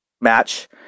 match